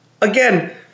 Again